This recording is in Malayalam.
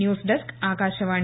news desk Akashvani